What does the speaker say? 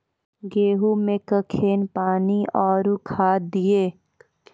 गेहूँ मे कखेन पानी आरु खाद दिये?